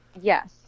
Yes